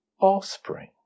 offspring